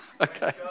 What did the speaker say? okay